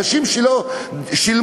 אנשים שלא שילמו,